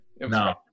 no